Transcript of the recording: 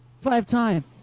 five-time